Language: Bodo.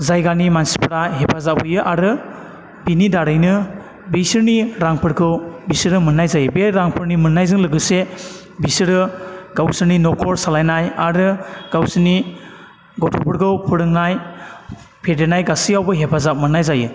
जायगानि मानसिफ्रा हेफाजाब होयो आरो बिनि दारैनो बिसोरनि रांफोरखौ बिसोरो मोननाय जायो बे रांफोरनि मोननायजों लोगोसे बिसोरो गावसोरनि न'खर सालायनाय आरो गावसिनि गथ'फोरखौ फोरोंनाय फेदेरनाय गासैयावबो हेफाजाब मोननाय जायो